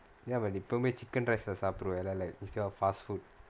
ya but இப்போமே:ippomae chicken rice leh சாப்பிடவேணா:saapidavenaa like instead of fast food